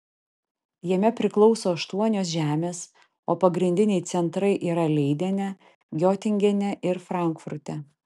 jame priklauso aštuonios žemės o pagrindiniai centrai yra leidene giotingene ir frankfurte